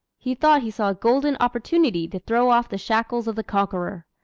he thought he saw a golden opportunity to throw off the shackles of the conqueror.